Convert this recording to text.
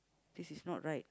this is not right